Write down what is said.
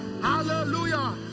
Hallelujah